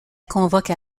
convoque